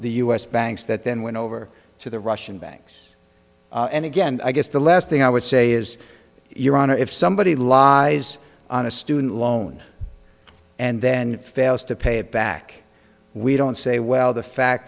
the u s banks that then went over to the russian banks and again i guess the last thing i would say is your honor if somebody lies on a student loan and then fails to pay it back we don't say well the fact